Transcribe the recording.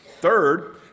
Third